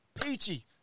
Peachy